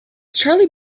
charlie